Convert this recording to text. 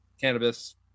cannabis